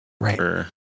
Right